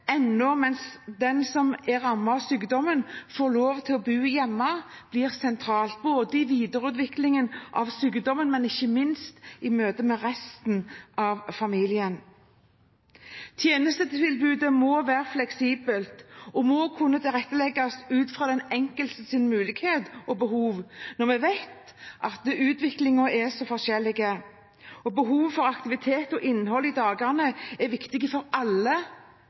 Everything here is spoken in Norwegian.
mens den som er rammet av sykdommen, ennå får lov til å bo hjemme – blir sentralt, både i videreutviklingen av sykdommen og ikke minst i møte med resten av familien. Tjenestetilbudet må være fleksibelt og må kunne tilrettelegges ut fra den enkeltes mulighet og behov, når vi vet at utviklingen er så forskjellig. Behov for innhold og aktivitet i dagene er viktig for alle